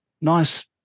nice